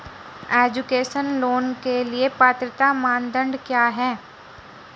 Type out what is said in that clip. Education loan के लिए पात्रता मानदंड क्या है?